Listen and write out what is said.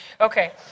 Okay